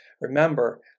remember